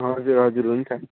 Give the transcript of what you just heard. हजुर हजुर हुन्छ